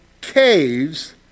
caves